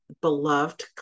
beloved